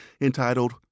entitled